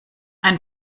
ein